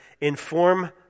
inform